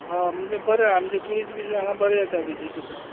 हा म्हणजे बरे आमचे ट्यूरिस्ट बी हांगा बरे येता विसीट दिता